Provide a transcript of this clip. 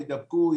הם יידבקו,